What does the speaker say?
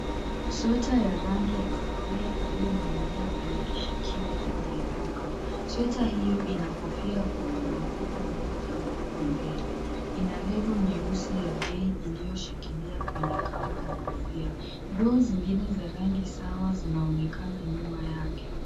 Sweta ya rangi ya kahawia iliyoning'inia kwenye kishikio ndani ya duka. Sweta hiyo ina kofia kubwa na mfuko mmoja mkubwa mbele. Ina lebo nyeusi ya bei iliyoshikilia kwenye kamba ya kofia. Nguo zingine za rangi sawa zinaonekana nyuma yake.